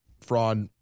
fraud